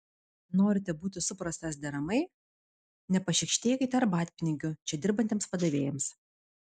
norite būti suprastas deramai nepašykštėkite arbatpinigių čia dirbantiems padavėjams